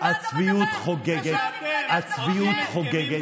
אבל אתם, הצביעות חוגגת, הצביעות חוגגת.